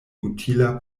utila